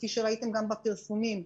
כפי שראיתם גם בפרסומים,